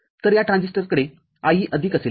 तरया ट्रान्झिस्टरकडे IE अधिक असेल